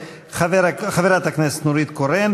חברת הכנסת נורית קורן.